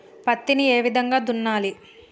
పత్తిని ఏ విధంగా దున్నాలి?